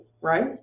right